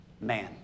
man